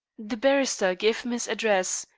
the barrister gave him his address,